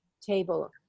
table